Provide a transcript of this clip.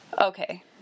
Okay